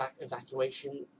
Evacuation